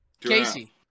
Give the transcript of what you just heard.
Casey